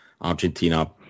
Argentina